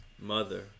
mother